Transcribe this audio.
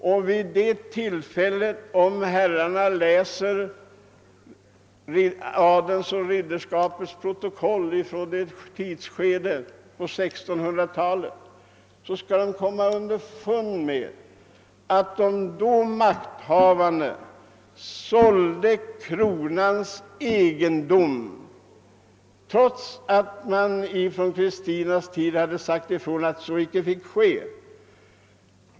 Om damerna och herrarna läser adelns och ridderskapets protokoll från det tidsskedet på 1600-talet skall ni komma underfund med att de makthavande sålde kronans egendom trots att man alltsedan drottning Kristinas tid hade sagt ifrån att så icke fick ske.